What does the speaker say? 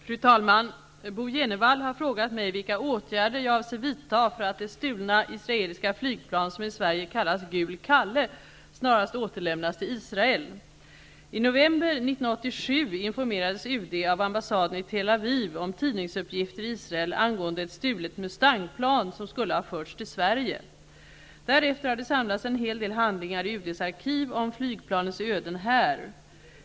Fru talman! Bo G. Jenevall har frågat mig vilka åtgärder jag avser vidta för att det stulna israeliska flygplan som i Sverige kallas Gul Kalle snarast skall återlämnas till Israel. I november 1987 informerades UD av ambassaden i Tel Aviv om tidningsuppgifter i Israel angående ett stulet Mustangplan, som skulle ha förts till Sverige. Därefter har det samlats en hel del handlingar i UD:s arkiv om flygplanets öden här.